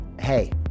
Hey